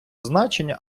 значення